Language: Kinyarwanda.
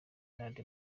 iharanira